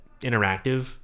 interactive